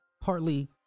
partly